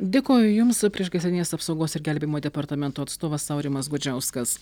dėkoju jums priešgaisrinės apsaugos ir gelbėjimo departamento atstovas aurimas gudžiauskas